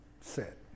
set